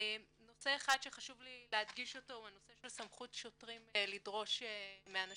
נושא אחד שחשוב לי להדגיש אותו הוא נושא של סמכות שוטרים לדרוש להזדהות.